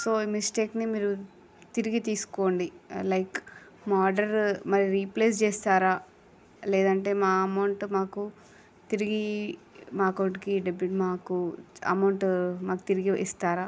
so ఈ మిస్టేక్ని మీరు తిరిగి తీసుకోండి లైక్ మా ఆర్డర్ మరి రీప్లేస్ చేస్తారా లేదంటే మా అమౌంట్ మాకు తిరిగి మా అకౌంట్కి డెబిట్ మాకు అమౌంట్ మాకు తిరిగి ఇస్తారా